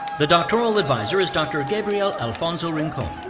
the doctoral advisor is dr. gabriel alfonso rincon.